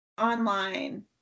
online